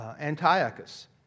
Antiochus